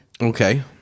Okay